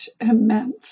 immense